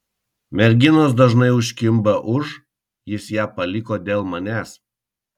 merginos dažnai užkimba už jis ją paliko dėl manęs